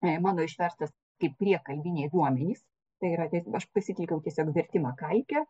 ai mano išverstas kaip priekalbiniai duomenys tai yra tas aš pasitelkiau tiesiog vertimo kalkę